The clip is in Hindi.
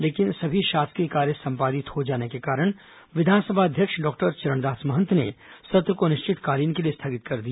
लेकिन सभी शासकीय कार्य संपादित हो जाने के कारण विधानसभा अध्यक्ष डॉक्टर चरणदास महंत ने सत्र को अनिश्चितकालीन के लिए स्थगित कर दिया